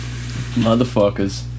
Motherfuckers